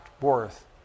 worth